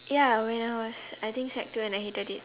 ya when I was I think sec two and I hated it